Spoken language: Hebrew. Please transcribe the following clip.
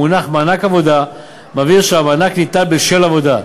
המונח מענק עבודה מבהיר שהמענק ניתן בשל עבודה,